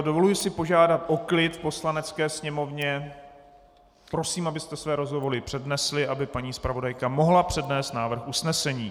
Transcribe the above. Dovoluji si požádat o klid v Poslanecké sněmovně, prosím, abyste své rozhovory přerušili, aby paní zpravodajka mohla přednést návrh usnesení.